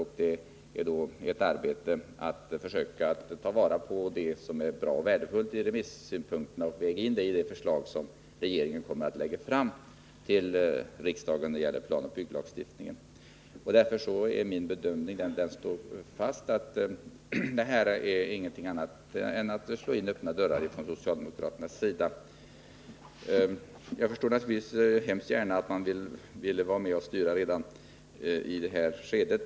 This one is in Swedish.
Sedan följer ett arbete med att försöka ta vara på det som är värdefullt i dessa synpunkter och lägga in det i det förslag till planoch bygglagstiftning som regeringen kommer att lägga fram för riksdagen. Därför står min bedömning fast — att socialdemokraternas yrkande inte innebär någonting annat än att slå in öppna dörrar. Jag förstår naturligtvis att man vill vara med och styra redan i det här skedet.